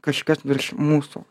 kažkas virš mūsų